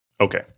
Okay